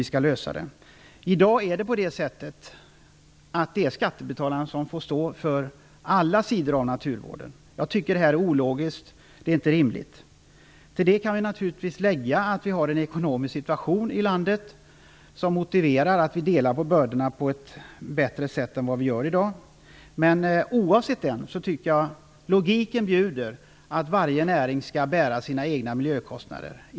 I dag är det skattebetalarna som får stå för alla kostnader för naturvården. Jag tycker att det här är ologiskt. Det är inte rimligt. Till detta kan naturligtvis läggas att vi har en ekonomisk situation i landet som motiverar att vi delar på bördorna på ett bättre sätt än vad vi gör i dag. Oavsett detta tycker jag att logiken bjuder att varje näring skall bära sina egna miljökostnader.